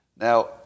Now